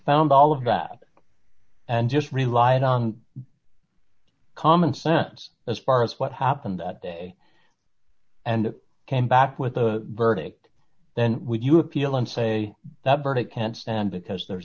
found all of that and just relied on common sense as far as what happened day and it came back with the verdict then when you appeal and say that verdict can't stand because there